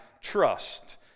trust